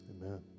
Amen